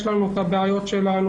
יש לנו את הבעיות שלנו,